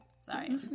Sorry